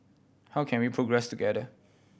how can we progress together